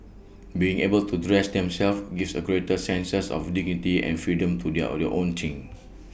being able to dress themselves gives A greater sense of dignity and freedom to do their only own thing